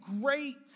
great